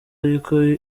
ariko